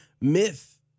myth